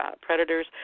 predators